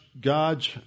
God's